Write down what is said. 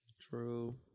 True